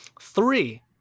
Three